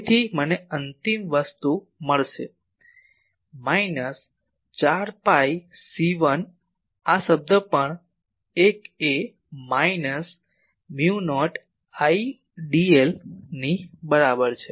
તેથી મને અંતિમ વસ્તુ મળશે માઈનસ 4 પાઈ C1 આ પદ પણ 1 એ માઈનસ મ્યુ નોટ Idl ની બરાબર છે